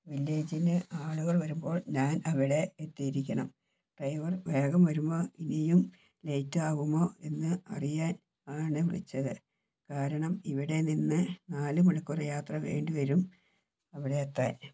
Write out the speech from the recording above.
വില്ലേജിന് ആളുകൾ വരുമ്പോൾ ഞാൻ അവിടെ എത്തിയിരിക്കണം ഡ്രൈവർ വേഗം വരുമോ ഇനിയും ലേറ്റ് ആവുമോ എന്ന് അറിയാൻ ആണ് വിളിച്ചത് കാരണം ഇവിടെ നിന്ന് നാല് മണിക്കൂർ യാത്ര വേണ്ടി വരും അവിടയെത്താൻ